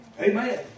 Amen